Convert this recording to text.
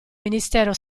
ministero